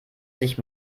sich